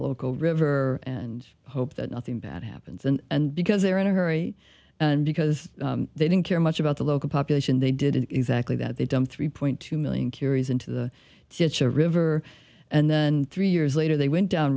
local river and hope that nothing bad happens and because they are in a hurry and because they don't care much about the local population they did exactly that they've done three point two million curies into the ditch a river and then three years later they went down